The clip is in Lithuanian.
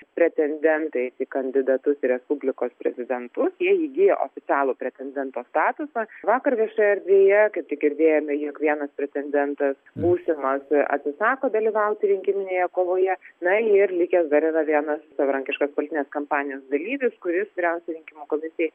pretendentais į kandidatus į respublikos prezidentus jie įgijo oficialų pretendento statusas vakar visoje erdvėje kaip girdėjome jog vienas pretendentas būsimas atsisako dalyvauti rinkiminėje kovoje na ir likęs dar yra vienas savarankiškas politinės kampanijos dalyvis kuris vyriausiajai rinkimų komisijai